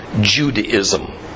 Judaism